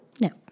No